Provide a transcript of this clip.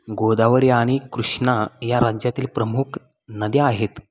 गोदावरी आणि कृष्णा या राज्यातील प्रमुख नद्या आहेत